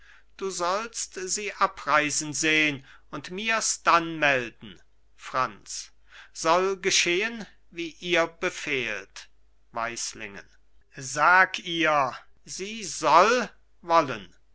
du sollst sie abreisen sehn und mir's dann melden franz soll geschehen wie ihr befehlt weislingen sag ihr sie soll wollen